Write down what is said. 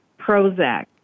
Prozac